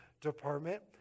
department